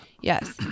Yes